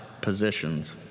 positions